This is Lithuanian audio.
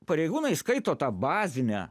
pareigūnai skaito tą bazinę